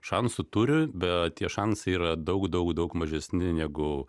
šansų turi bet tie šansai yra daug daug daug mažesni negu